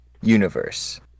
universe